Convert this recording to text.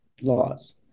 laws